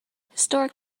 historic